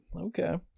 okay